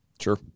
Sure